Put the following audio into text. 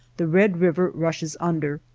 the red river rushes under,